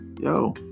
Yo